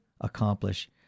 accomplish